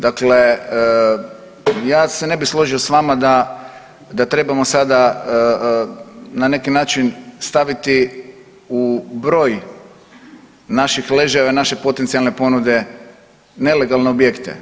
Dakle, ja se ne bi složio s vama da trebamo sada na neki način staviti u broj naših ležajeva i naše potencijalne ponude nelegalne objekte.